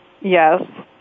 Yes